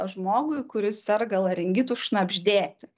žmogui kuris serga laringitu šnabždėti